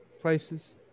places